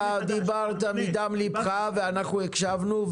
אתה דיברת מדם לבך ואנחנו הקשבנו.